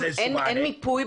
אין מיפוי?